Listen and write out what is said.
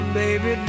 baby